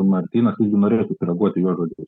martynas tai norėjosi koreguoti jo žodžius